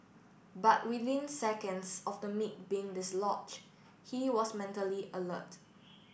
but within seconds of the meat being dislodge he was mentally alert